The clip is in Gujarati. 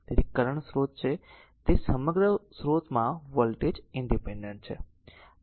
તેથી આ કરંટ સ્રોત છે તે સમગ્ર સ્રોતમાં વોલ્ટેજ ઇનડીપેન્ડેન્ટ છે